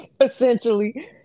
essentially